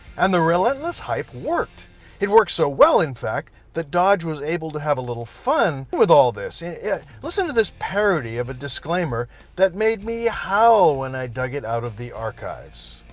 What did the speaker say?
and the relentless hype worked it worked so well in fact that dodge was able to have a little fun with all this yeah it listen to this parody of a disclaimer that made me howl when i dug it out of the archives